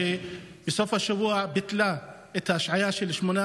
שבסוף השבוע ביטלה את ההשעיה של שמונה